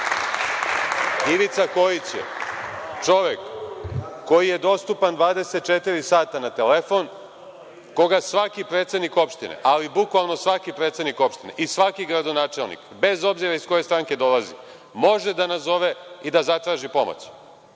Ivica Kojić je čovek koji je dostupan 24 sata na telefon, koga svaki predsednik opštine, ali bukvalno svaki predsednik opštine i svaki gradonačelnik, bez obzira iz koje stranke dolazi, može da nazove i da zatraži pomoć.